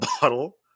bottle